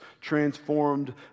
transformed